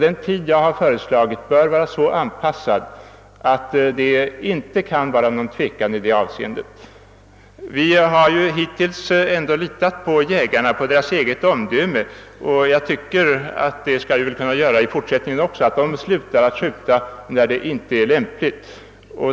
Den tid jag har föreslagit bör vara så anpassad att det inte kan råda någon tvekan i det avseendet. Vi har hittills litat på jägarnas eget omdöme. Också i fortsättningen bör vi kunna tro på att de slutar att skjuta när ljusförhållandena blir olämpliga.